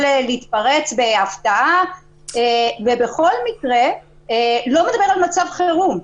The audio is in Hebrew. להתפרץ בהפתעה ובכל מקרה לא מדבר על מצב חירום.